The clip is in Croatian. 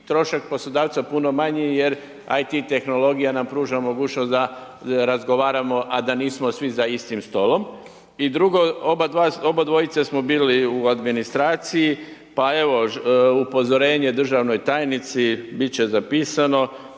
trošak poslodavca puno manji, jer IT tehnologija nam pruža mogućnost da razgovaramo a da nismo svi za istim stolom. I drugo, oba dvojica smo bili u administraciji, pa evo, upozorenje državnoj tajnici, biti će zapisano,